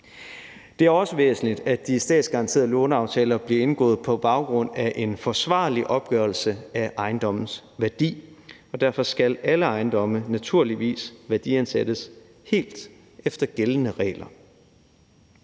Det er også væsentligt, at de statsgaranterede låneaftaler bliver indgået på baggrund af en forsvarlig opgørelse af ejendommens værdi, og derfor skal alle ejendomme naturligvis værdiansættes helt efter gældende regler.